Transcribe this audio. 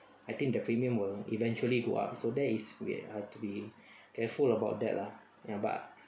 I think the premium will eventually go up so that is we have to be careful about that lah ya but